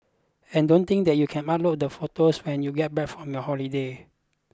and don't think that you can upload the photos when you get back from your holiday